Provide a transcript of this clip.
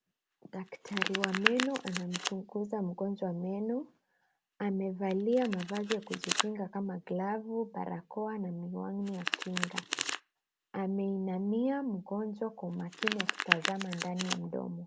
Daktari wa meno anamchunguza mgonjwa meno amevalia mavazi ya kujikinga kama glavu, barakoa na miwani ya kinga. Ameinamia mgonjwa kwa umakini akitazama ndani ya mdomo.